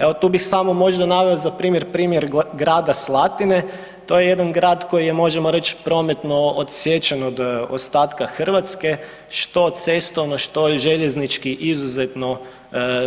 Evo tu bih samo možda naveo za primjer, primjer grada Slatine to je jedan grad koji je možemo reći prometno odsječen od ostatka Hrvatske, što cestovno, što željeznički izuzetno